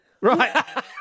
Right